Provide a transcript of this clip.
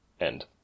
end